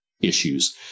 issues